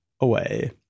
away